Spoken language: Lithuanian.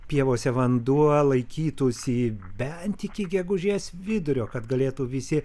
pievose vanduo laikytųsi bent iki gegužės vidurio kad galėtų visi